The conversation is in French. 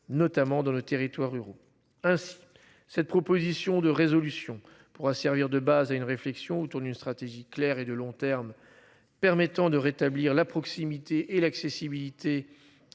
notamment dans nos territoires ruraux ainsi cette proposition de résolution pourra servir de base à une réflexion autour d'une stratégie claire et de long terme permettant de rétablir la proximité et l'accessibilité